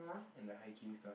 and the hiking stuff